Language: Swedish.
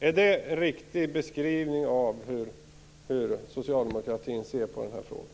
Är detta en riktig beskrivning av hur socialdemokraterna ser på den här frågan?